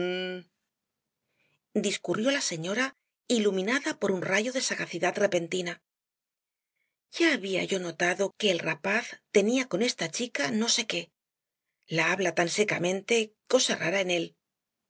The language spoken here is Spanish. discurrió la señora iluminada por un rayo de sagacidad repentina ya había yo notado que el rapaz tenía con esta chica no sé qué la habla tan secamente cosa rara en él